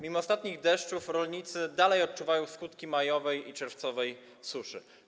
Mimo ostatnich deszczy rolnicy nadal odczuwają skutki majowej i czerwcowej suszy.